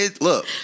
look